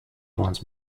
once